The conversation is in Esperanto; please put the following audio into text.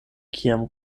kiam